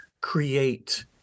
create